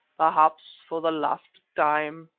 perhaps for the last time,